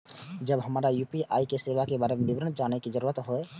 जब हमरा यू.पी.आई सेवा के बारे में विवरण जानय के जरुरत होय?